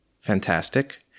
fantastic